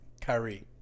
Kyrie